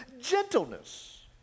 gentleness